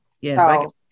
Yes